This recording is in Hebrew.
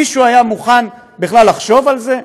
מישהו היה מוכן בכלל לחשוב על זה?